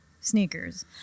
sneakers